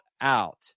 out